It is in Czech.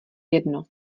jedno